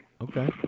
Okay